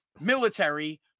military